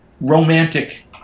romantic